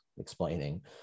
explaining